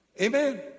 Amen